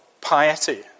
piety